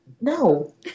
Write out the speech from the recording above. No